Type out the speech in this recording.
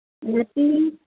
ৰুটি